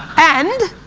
and,